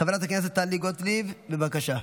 חברת הכנסת טלי גוטליב, בבקשה.